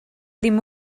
ddim